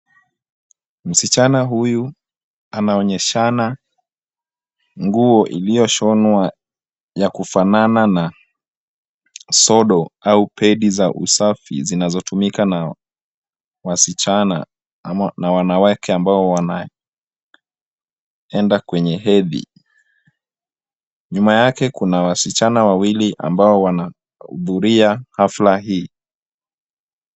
Msichana huyu anaonyeshana nguo iliyoshonwa ya kufanana na sodo au pedi za usafi zinazotumika na wasichana ama wanawake ambao wanaenda kwenye hedhi, nyuma yake kuna wasichana wawili ambao wanahudhuria hafla hii.